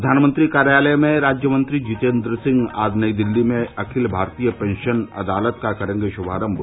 प्रधानमंत्री कार्यालय में राज्यमंत्री जितेन्द्र सिंह आज नई दिल्ली में अखिल भारतीय पेंशन अदालत का करेंगे शुभारंभ